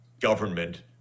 government